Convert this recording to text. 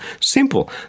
simple